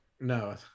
No